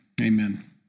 Amen